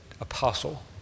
apostle